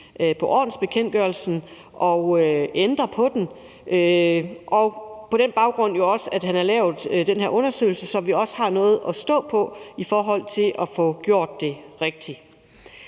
på ordensbekendtgørelsen og ændre på den, og at han på den baggrund også har lavet den her undersøgelse, så vi også har noget at stå på i forhold til at få gjort det rigtige.